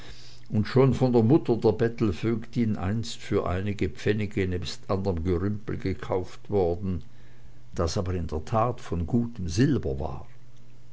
und schon von der mutter der bettelvögtin einst für ein paar pfennige nebst anderm gerümpel gekauft worden das aber in der tat von gutem silber war